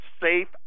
safe